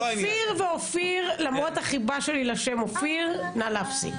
אופיר ואופיר, נא להפסיק.